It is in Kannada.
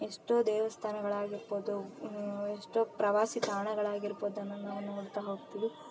ಎಷ್ಟೋ ದೇವಸ್ಥಾನಗಳಾಗಿರ್ಬೋದು ಎಷ್ಟೋ ಪ್ರವಾಸಿ ತಾಣಗಳಾಗಿರ್ಬೋದನ್ನ ನಾವು ನೋಡ್ತಾ ಹೋಗ್ತೀವಿ